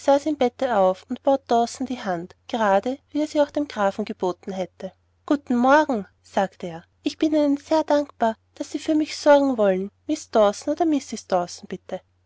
im bette auf und bot dawson die hand gerade wie er sie auch dem grafen geboten hatte guten morgen sagte er ich bin ihnen sehr dankbar daß sie für mich sorgen wollen miß dawson oder mrs dawson bitte